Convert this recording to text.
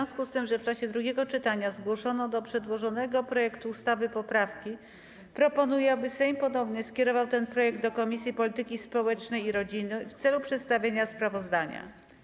W związku z tym, że w czasie drugiego czytania zgłoszono do przedłożonego projektu ustawy poprawki, proponuję, aby Sejm ponownie skierował ten projekt do Komisji Polityki Społecznej i Rodziny w celu przedstawienia sprawozdania.